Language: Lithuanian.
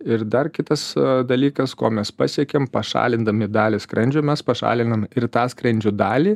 ir dar kitas dalykas ko mes pasiekiam pašalindami dalį skrandžio mes pašalinam ir tą skrandžio dalį